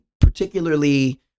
particularly